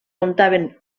comptaven